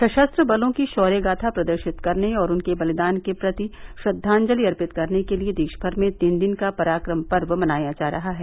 सशस्त्र बलों की शौर्य गाथा प्रदर्शित करने और उनके बलिदान के प्रति श्रद्वांजलि अर्पित करने के लिए देशभर में तीन दिन का पराक्रम पर्व मनाया जा रहा है